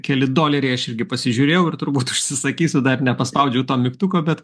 keli doleriai aš irgi pasižiūrėjau ir turbūt užsisakysiu dar nepaspaudžiau to mygtuko bet